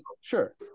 sure